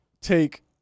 take